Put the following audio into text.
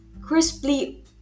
crisply